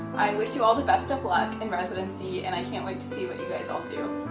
i wish you all the best of luck in residency, and i can't wait to see what you guys all do.